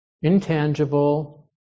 intangible